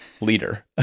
leader